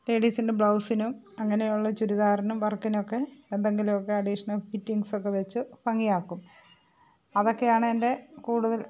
ലേഡീസിൻ്റെ ബ്ലൗസിനും അങ്ങനെയുള്ള ചുരിദാറിനും വർക്കിനുമൊക്കെ എന്തെങ്കിലുമൊക്കെ അഡീഷണൽ ഫിറ്റിങ്സൊക്കെ വച്ച് ഭംഗിയാക്കും അതൊക്കെയാണ് എൻ്റെ കൂടുതൽ